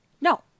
No